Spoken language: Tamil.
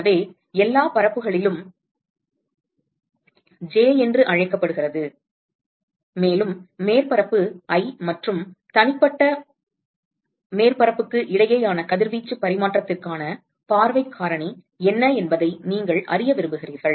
எனவே எல்லாப் பரப்புகளிலும் j என்று அழைக்கப்படுகிறது மேலும் மேற்பரப்பு i மற்றும் தனிப்பட்ட மேற்பரப்புக்கு இடையேயான கதிர்வீச்சு பரிமாற்றத்திற்கான பார்வைக் காரணி என்ன என்பதை நீங்கள் அறிய விரும்புகிறீர்கள்